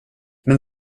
men